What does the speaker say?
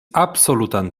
absolutan